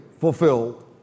fulfilled